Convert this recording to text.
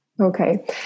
Okay